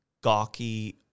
gawky